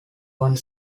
one